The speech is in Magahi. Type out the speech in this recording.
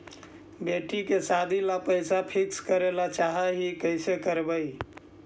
बेटि के सादी ल पैसा फिक्स करे ल चाह ही कैसे करबइ?